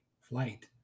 Flight